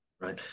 Right